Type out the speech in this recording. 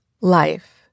life